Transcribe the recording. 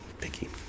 picky